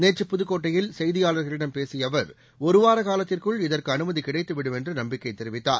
நேற்று புதுக்கோட்டையில் செய்தியாளர்களிடம் பேசிய அவர் ஒருவார காலத்திற்குள் இதற்கு அனுமதி கிடைத்துவிடும் என்று நம்பிக்கை தெரிவித்தார்